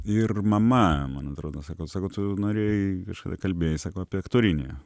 ir mama man atrodo sako sako tu norėjai kažkada kalbėjai sako apie aktorinį